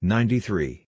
Ninety-three